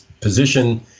position